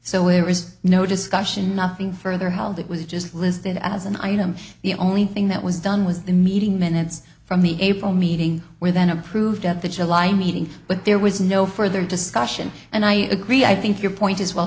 so it was no discussion nothing further held it was just listed as an item the only thing that was done was the meeting minutes from the april meeting where then approved at the july meeting but there was no further discussion and i agree i think your point is well